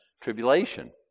tribulation